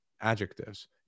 adjectives